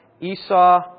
Esau